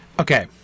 Okay